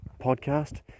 podcast